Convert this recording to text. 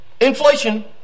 Inflation